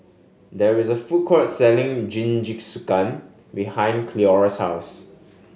there is a food court selling Jingisukan behind Cleora's house